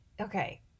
okay